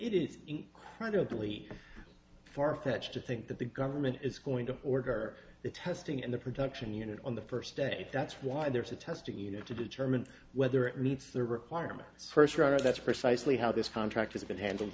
it is incredibly far fetched to think that the government is going to order the testing in the production unit on the first day that's why there's a testing you know to determine whether it meets the requirements first rather that's precisely how this contract has been handled